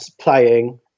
playing